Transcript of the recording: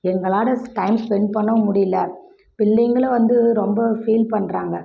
எங்களோடு time spend பண்ணவும் முடியல பிள்ளைகளும் வந்து ரொம்ப ஃபீல் பண்ணுறாங்க